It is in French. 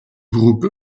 groupe